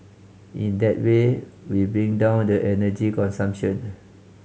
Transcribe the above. in that way we bring down the energy consumption